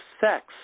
sex